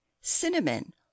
Cinnamon